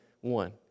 one